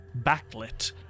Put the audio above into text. backlit